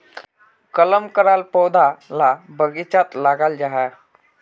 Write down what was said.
कलम कराल पौधा ला बगिचात लगाल जाहा